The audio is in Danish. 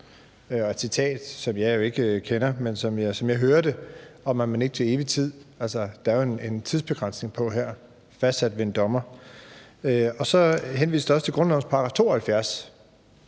og et citat, som jeg ikke kender, men som jeg hører det, er det om, at det ikke er til evig tid. Altså, her er der jo en tidsbegrænsning på fastsat ved en dommer. Og så henviste ordføreren også til grundlovens § 72,